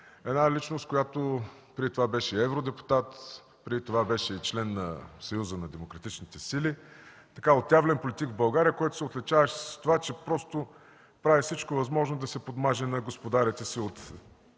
една личност, която преди това беше евродепутат, преди това беше член на Съюза на демократичните сили, отявлен политик в България, който се отличаваше с това, че прави всичко възможно да се подмаже на господарите си от Израел